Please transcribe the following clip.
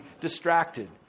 distracted